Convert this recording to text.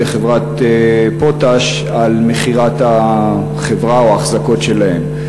לחברת "פוטאש" על מכירת החברה או האחזקות שלהם.